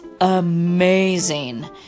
amazing